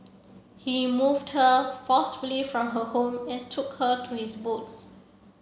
he removed her forcefully from her home and took her to his boats